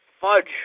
Fudge